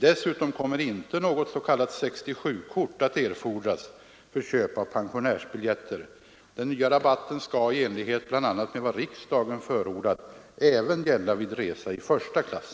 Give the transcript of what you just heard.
Dessutom kommer inte något s.k. 67-kort att erfordras för köp av pensionärsbiljetter. Den nya rabatten skall — i enlighet bl.a. med vad riksdagen förordat — även gälla vid resa i första klass.